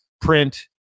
print